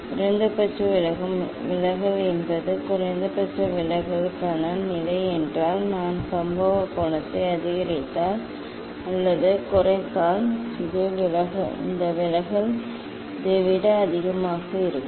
குறைந்தபட்ச விலகல் என்பது குறைந்தபட்ச விலகலுக்கான நிலை என்றால் நான் சம்பவ கோணத்தை அதிகரித்தால் அல்லது குறைத்தால் இந்த விலகல் இதை விட அதிகமாக இருக்கும்